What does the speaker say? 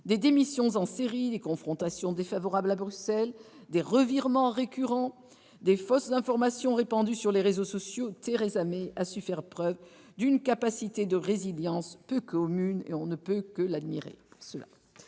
des démissions en série, des confrontations défavorables à Bruxelles, des revirements récurrents et des fausses informations répandues sur les réseaux sociaux, Theresa May a su faire preuve d'une capacité de résilience peu commune. On ne peut que l'admirer pour cela.